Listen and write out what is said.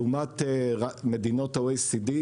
לעומת מדינות ה-OECD,